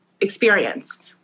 experience